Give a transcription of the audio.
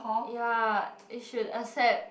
ya they should accept